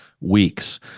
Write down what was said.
weeks